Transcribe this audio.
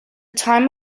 time